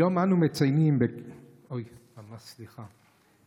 היום אנו מציינים אוי, ממש סליחה.